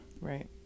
right